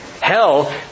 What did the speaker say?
Hell